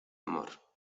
amor